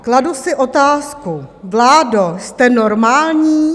Kladu si otázku, vládo, jste normální?